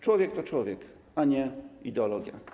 Człowiek to człowiek, a nie ideologia.